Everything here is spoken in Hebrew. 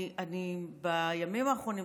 בימים האחרונים,